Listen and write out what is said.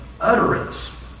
utterance